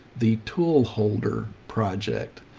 the tool holder project.